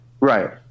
right